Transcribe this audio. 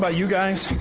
but you guys,